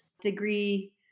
degree